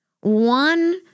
One